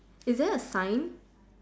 is there a sign